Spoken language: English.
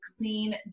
clean